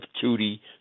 tutti